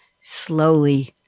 slowly